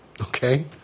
Okay